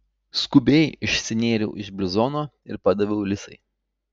skubiai išsinėriau iš bluzono ir padaviau lisai